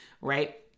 right